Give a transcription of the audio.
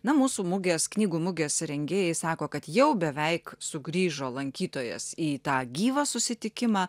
na mūsų mugės knygų mugės rengėjai sako kad jau beveik sugrįžo lankytojas į tą gyvą susitikimą